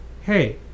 hey